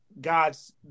God's